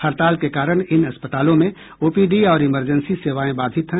हड़ताल के कारण इन अस्पतालों में ओपीडी और इमरजेंसी सेवाएं बाधित हैं